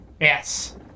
Yes